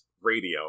radio